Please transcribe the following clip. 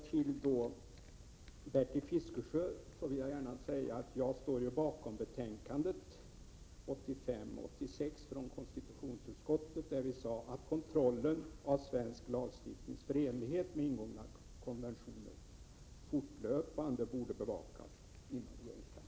Till Bertil Fiskesjö vill jag gärna säga att jag står bakom betänkandet 1985/86:5 från konstitutionsutskottet, i vilket det sades att kontrollen av svensk lagstiftnings förenlighet med ingångna konventioner fortlöpande borde bevakas inom regeringskansliet.